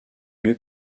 mieux